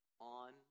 on